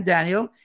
Daniel